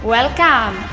Welcome